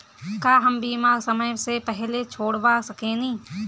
का हम बीमा समय से पहले छोड़वा सकेनी?